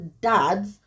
dads